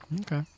Okay